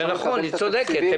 זה נכון, היא צודקת.